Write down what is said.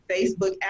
Facebook